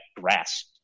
grass